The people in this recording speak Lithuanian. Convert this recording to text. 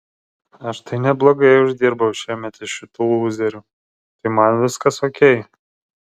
aš tai neblogai uždirbau šiemet iš šitų lūzerių tai man viskas okei